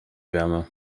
wärmer